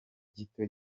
gito